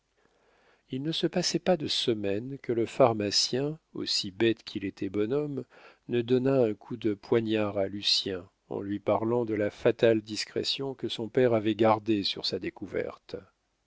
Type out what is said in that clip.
il ne se passait pas de semaine que le pharmacien aussi bête qu'il était bon homme ne donnât un coup de poignard à lucien en lui parlant de la fatale discrétion que son père avait gardée sur sa découverte